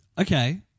Okay